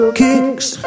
kicks